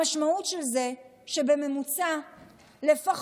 המשמעות של זה היא שבממוצע לפחות,